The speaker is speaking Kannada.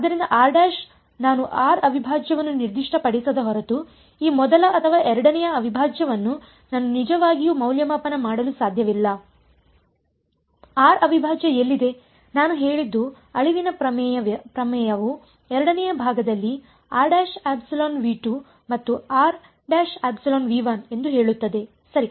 ಆದ್ದರಿಂದ ನಾನು r ಅವಿಭಾಜ್ಯವನ್ನು ನಿರ್ದಿಷ್ಟಪಡಿಸದ ಹೊರತು ಈ ಮೊದಲ ಅಥವಾ ಎರಡನೆಯ ಅವಿಭಾಜ್ಯವನ್ನು ನಾನು ನಿಜವಾಗಿಯೂ ಮೌಲ್ಯಮಾಪನ ಮಾಡಲು ಸಾಧ್ಯವಿಲ್ಲ r ಅವಿಭಾಜ್ಯ ಎಲ್ಲಿದೆ ನಾನು ಹೇಳಿದ್ದು ಅಳಿವಿನ ಪ್ರಮೇಯವು ಎರಡನೇ ಭಾಗದಲ್ಲಿ ಮತ್ತು ಎಂದು ಹೇಳುತ್ತದೆ ಸರಿ